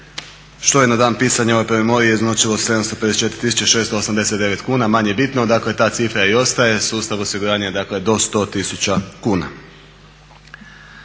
što je na dan pisanja ove … iznosilo 754.689 kuna, manje bitno, dakle ta cifra i ostaje. Sustav osiguranja je do 100 tisuća